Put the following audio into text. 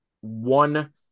one